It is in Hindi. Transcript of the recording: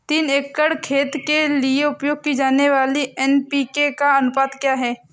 तीन एकड़ खेत के लिए उपयोग की जाने वाली एन.पी.के का अनुपात क्या है?